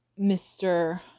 Mr